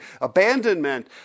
abandonment